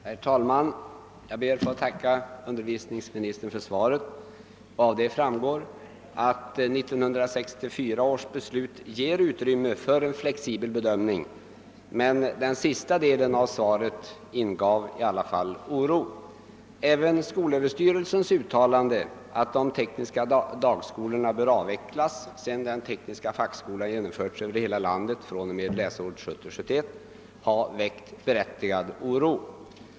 Herr talman! Jag ber att få tacka utbildningsministern för svaret. Av det framgår att 1964 års beslut lämnar utrymme för en flexibel bedömning, men den sista delen av svaret ingav i alla fall oro. "Även skolöverstyrelsens uttalande att de tekniska dagskolorna bör avvecklas, sedan den tekniska fackskolan genomförts i hela landet i och med läsåret 1970/71, har väckt berättigad oro.